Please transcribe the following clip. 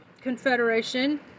Confederation